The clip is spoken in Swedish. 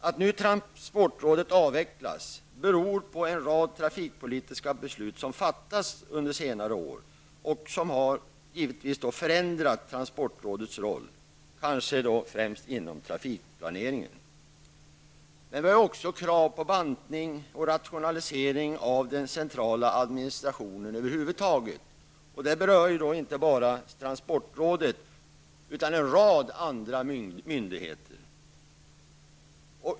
Att nu transportrådet avvecklas beror på en rad trafikpolitiska beslut som fattats under senare år och som givetvis har förändrat transportrådets roll, kanske främst inom trafikplaneringen. Men vi har också krav på bantning och rationalisering av den centrala administrationen över huvud taget. Det Transportrådet Transportrådet berör inte bara transportrådet, utan även en rad andra verk och myndigheter.